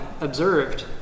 observed